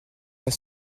pas